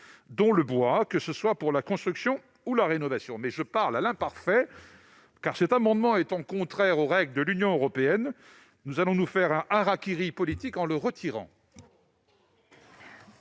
dont le bois, que ce soit pour la construction ou la rénovation. Je parle à l'imparfait, car, cet amendement étant contraire aux règles de l'Union européenne, nous allons commettre un hara-kiri politique en le retirant.